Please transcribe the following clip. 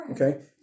Okay